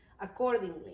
accordingly